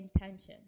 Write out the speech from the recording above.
intention